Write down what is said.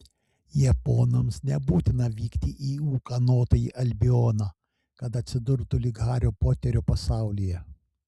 japonams nebūtina vykti į ūkanotąjį albioną kad atsidurtų lyg hario poterio pasaulyje